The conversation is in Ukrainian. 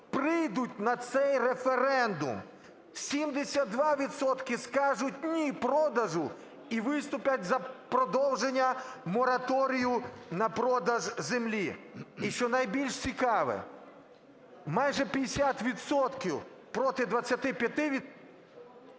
прийдуть на цей референдум. 72 відсотки скажуть "ні" продажу і виступлять за продовження мораторію на продаж землі. І, що найбільш цікаве, майже 50 відсотків